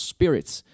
Spirits